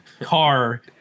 car